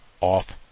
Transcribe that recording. off